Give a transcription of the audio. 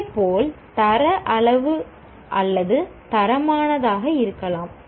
இதேபோல் தர அளவு அல்லது தரமானதாக இருக்கலாம்